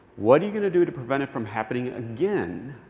what are you going to do to prevent it from happening again?